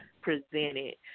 presented